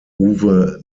uwe